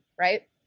right